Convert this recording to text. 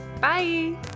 Bye